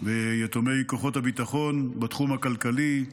ויתומי כוחות הביטחון בתחום הכלכלי,